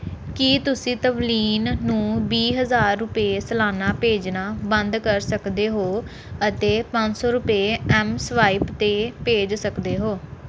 ਕੀ ਤੁਸੀਂ ਤਵਲੀਨ ਨੂੰ ਵੀਹ ਹਜ਼ਾਰ ਰੁਪਏ ਸਲਾਨਾ ਭੇਜਣਾ ਬੰਦ ਕਰ ਸਕਦੇ ਹੋ ਅਤੇ ਪੰਜ ਸੌ ਰੁਪਏ ਐੱਮ ਸਵਾਇਪ 'ਤੇ ਭੇਜ ਸਕਦੇ ਹੋ